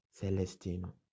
Celestino